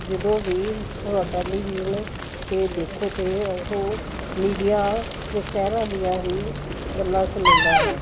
ਜਦੋਂ ਵੀ ਹੋ ਟੈਲੀਵਿਜ਼ਨ 'ਤੇ ਦੇਖੋ ਤਾਂ ਉਹ ਮੀਡੀਆ ਸ਼ਹਿਰਾਂ ਦੀਆਂ ਹੀ ਗੱਲਾਂ ਸੁਣਾਉਂਦਾ ਹੈ